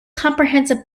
comprehensive